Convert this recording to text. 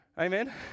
amen